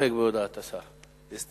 להסתפק בהודעת השר.